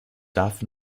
darf